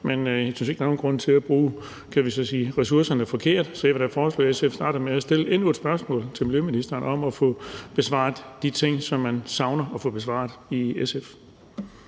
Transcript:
men jeg synes ikke, at der er nogen grund til at bruge ressourcerne forkert. Så jeg vil da foreslå, at SF starter med at stille endnu et spørgsmål til miljøministeren for at få besvaret de ting, som man i SF savner at få besvaret. Kl.